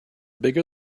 bigger